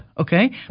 Okay